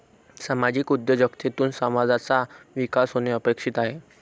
सामाजिक उद्योजकतेतून समाजाचा विकास होणे अपेक्षित आहे